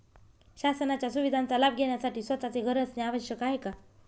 शासनाच्या सुविधांचा लाभ घेण्यासाठी स्वतःचे घर असणे आवश्यक आहे का?